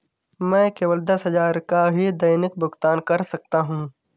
मैं केवल दस हजार का ही दैनिक भुगतान कर सकता हूँ